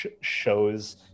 shows